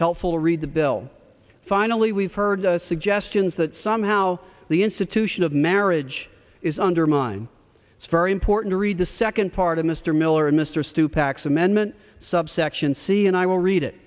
helpful read the bill finally we've heard suggestions that somehow the institution of marriage is undermined it's very important to read the second part of mr miller and mr stu packs amendment subsection c and i will read it